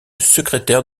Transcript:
secrétaire